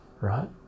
right